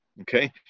okay